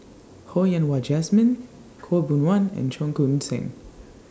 Ho Yen Wah Jesmine Khaw Boon Wan and Cheong Koon Seng